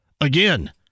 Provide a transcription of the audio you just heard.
again